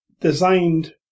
designed